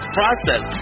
process